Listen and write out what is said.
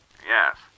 Yes